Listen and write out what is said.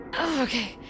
Okay